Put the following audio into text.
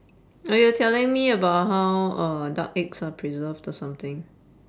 oh you were telling me about how uh duck eggs are preserved or something